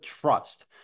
trust